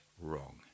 wrong